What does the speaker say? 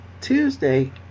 Tuesday